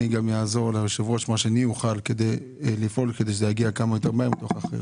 אני אעזור ליושב-ראש כדי שזה יגיע כמה שיותר מהר.